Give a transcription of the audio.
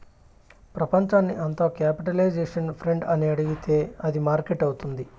ప్రపంచాన్ని అంత capitalisation friend అని అడిగితే అది మార్కెట్ అవుతుంది